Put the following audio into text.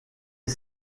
est